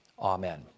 Amen